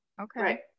okay